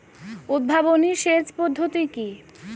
উদ্ভাবনী সেচ পদ্ধতি কি?